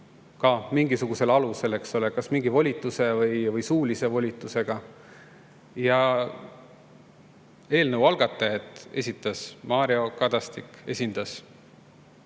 ka mingisugusel alusel, eks ole, kas mingi volituse või suulise volitusega. Ja eelnõu algatajat esindas Mario Kadastik.